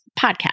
podcast